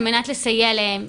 על מנת לסייע להם.